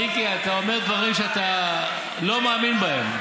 מיקי, אתה אומר דברים שאתה לא מאמין בהם.